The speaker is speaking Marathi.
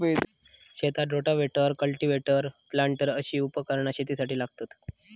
शेतात रोटाव्हेटर, कल्टिव्हेटर, प्लांटर अशी उपकरणा शेतीसाठी लागतत